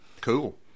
Cool